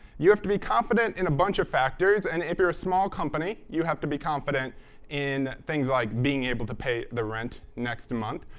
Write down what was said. you have to be confident in a bunch of factors. and if you're a small company you have to be confident in things like, being able to pay the rent next month.